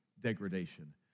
degradation